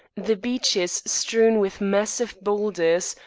the beaches strewn with massive boulders,